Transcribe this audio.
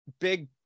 big